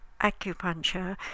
acupuncture